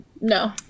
No